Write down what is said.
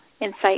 insight